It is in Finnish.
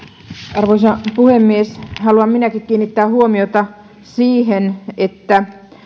arvoisa puhemies haluan minäkin kiinnittää huomiota siihen että